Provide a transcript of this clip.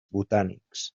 botànics